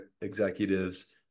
executives